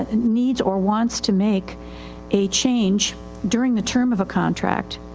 ah needs or wants to make a change during the term of a contract.